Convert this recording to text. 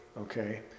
Okay